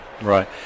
Right